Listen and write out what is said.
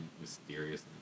mysterious